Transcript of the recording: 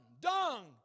dung